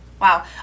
Wow